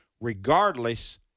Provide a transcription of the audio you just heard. regardless